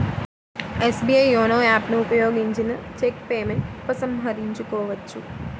SBI YONO app ను ఉపయోగించిన check payment ఉపసంహరించుకోవచ్చు